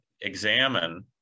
examine